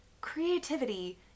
Creativity